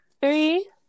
Three